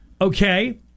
okay